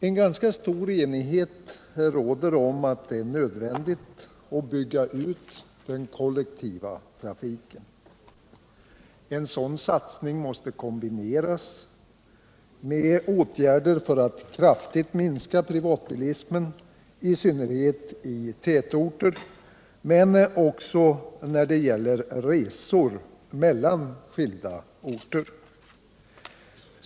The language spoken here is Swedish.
En ganska stor enighet råder om att det är nödvändigt att bygga ut den kollektiva trafiken. En sådan satsning måste kombineras med åtgärder för att kraftigt minska privatbilismen, i synnerhet i tätorter men också när det gäller resor mellan skilda orter.